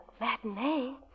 matinee